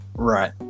Right